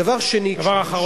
דבר שני, דבר אחרון.